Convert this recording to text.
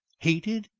hated?